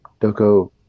Doko